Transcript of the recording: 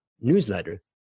newsletter